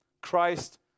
Christ